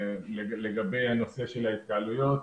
לגבי הנושא של ההתקהלויות,